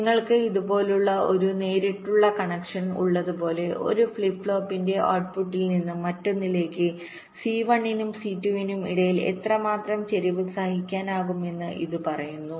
നിങ്ങൾക്ക് ഇതുപോലുള്ള ഒരു നേരിട്ടുള്ള കണക്ഷൻ ഉള്ളതുപോലെ ഒരു ഫ്ലിപ്പ് ഫ്ലോപ്പിന്റെ ഔട്ട്പുട്ടിൽ നിന്ന് മറ്റൊന്നിലേക്ക് C1 നും C2 നും ഇടയിൽ എത്രമാത്രം ചരിവ് സഹിക്കാനാകുമെന്ന് ഇത് പറയുന്നു